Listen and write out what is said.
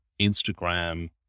Instagram